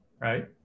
Right